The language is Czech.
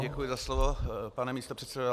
Děkuji za slovo, pane místopředsedo.